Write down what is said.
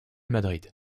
madrid